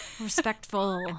Respectful